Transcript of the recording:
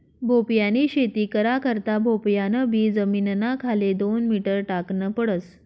भोपयानी शेती करा करता भोपयान बी जमीनना खाले दोन मीटर टाकन पडस